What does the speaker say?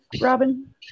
Robin